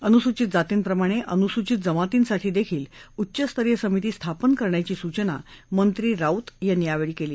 अनुसूचित जातींप्रमाणखिनुसूचित जमातींसाठीही उच्च स्तरीय समिती स्थापन करण्याची सूचना मंत्री राऊत यांनी यावछी कल्ली